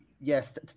Yes